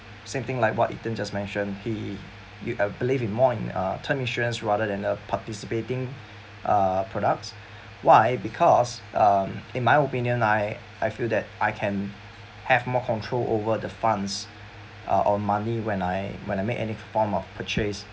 same thing like what ethan just mention he uh believe in more uh technicians rather than the participating uh products why because um in my opinion I I feel that I can have more control over the funds uh on money when I when I make any form of purchase